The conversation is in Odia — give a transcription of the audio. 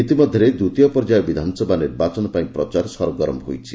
ଇତିମଧ୍ୟରେ ଦ୍ୱିତୀୟ ପର୍ଯ୍ୟାୟ ବିଧାନସଭା ନିର୍ବାଚନ ପାଇଁ ପ୍ରଚାର ସରଗରମ ହୋଇଛି